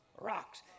Rocks